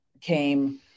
came